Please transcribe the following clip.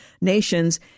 nations